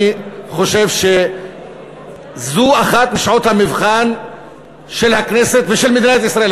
אני חושב שזו אחת משעות המבחן של הכנסת ושל מדינת ישראל,